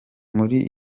muri